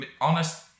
honest